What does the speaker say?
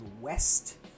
West